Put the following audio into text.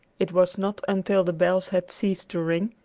it was not until the bells had ceased to ring,